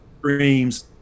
dreams